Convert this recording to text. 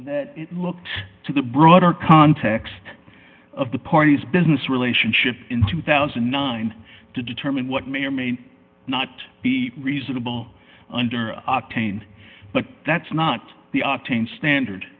say looks to the broader context of the parties business relationship in two thousand and nine to determine what may or may not be reasonable under octane but that's not the octane standard